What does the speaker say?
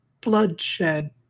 bloodshed